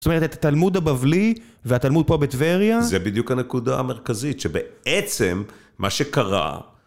זאת אומרת, את התלמוד הבבלי והתלמוד פה בטבריה... זה בדיוק הנקודה המרכזית שבעצם מה שקרה...